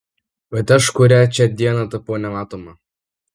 bet aš kurią čia dieną tapau nematoma